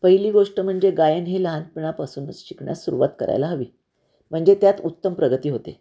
पहिली गोष्ट म्हणजे गायन हे लहानपणापासूनच शिकण्यास सुरवात करायला हवी म्हणजे त्यात उत्तम प्रगती होते